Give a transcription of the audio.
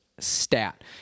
stat